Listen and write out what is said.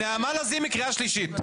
נעמה לזימי, קריאה שלישית.